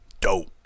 Dope